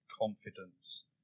confidence